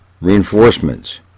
reinforcements